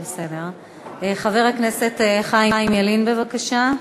חבר הכנסת חיים ילין, בבקשה.